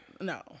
No